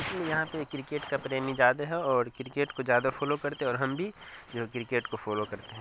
اسی لیے یہاں پہ کرکٹ کا پریمی زیادہ ہیں اور کرکٹ کو زیادہ فالو کرتے ہیں اور ہم بھی جو کرکٹ کو فالو کرتے ہیں